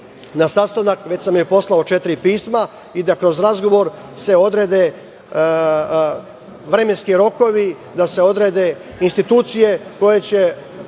na sastanak, već sam joj poslao četiri pisma i da kroz razgovor se odrede vremenski rokovi, da se odrede institucije koje će